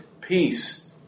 peace